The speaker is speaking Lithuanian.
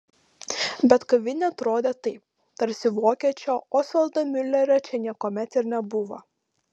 bet kavinė atrodė taip tarsi vokiečio osvaldo miulerio čia niekuomet ir nebuvo